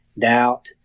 doubt